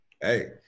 hey